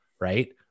right